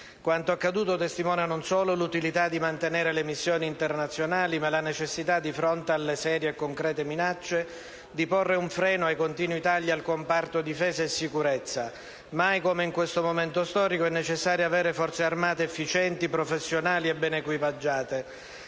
Quanto accaduto testimonia non solo l'utilità di mantenere le missioni internazionali, ma la necessità, di fronte alle serie e concrete minacce, di porre un freno ai continui tagli al comparto difesa e sicurezza. Mai come in questo momento storico è necessario avere Forze armate efficienti, professionali e ben equipaggiate.